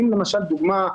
לדוגמא,